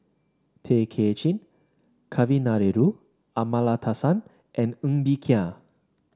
Tay Kay Chin Kavignareru Amallathasan and Ng Bee Kia